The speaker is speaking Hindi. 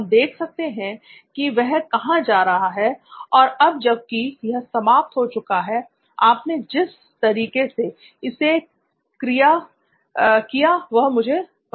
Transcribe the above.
हम देख सकते हैं कि वह कहां जा रहा है और अब जबकि यह समाप्त हो चुका है आपने जिस तरीके से इसे किया वह मुझे पसंद आया